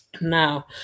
Now